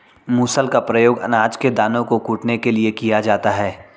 मूसल का प्रयोग अनाज के दानों को कूटने के लिए किया जाता है